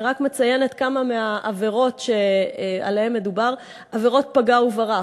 אני רק מציינת כמה מהעבירות שעליהן מדובר: עבירות פגע-וברח,